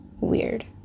weird